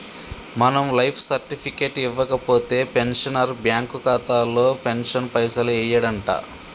మనం life certificate ఇవ్వకపోతే pensioner bank ఖాతాలో పెన్షన్ పైసలు యెయ్యడంట